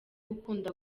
gukunda